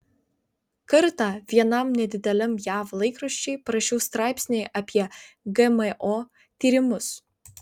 kartą vienam nedideliam jav laikraščiui parašiau straipsnį apie gmo tyrimus